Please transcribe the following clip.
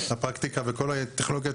הפרקטיקה וכל הטכנולוגיה,